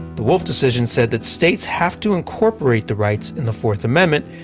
the wolf decision said that states have to incorporate the rights in the fourth amendment,